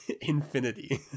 infinity